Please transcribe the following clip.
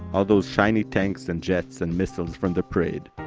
all those shiny tanks and jets and missiles from the parade,